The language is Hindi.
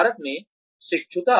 भारत में शिक्षुता